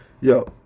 yo –